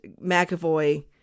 McAvoy